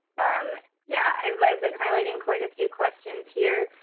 um yeah. i've i've been highlighting quite a few questions here.